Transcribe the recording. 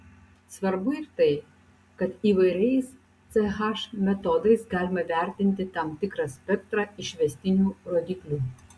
svarbu ir tai kad įvairiais ch metodais galima vertinti tam tikrą spektrą išvestinių rodiklių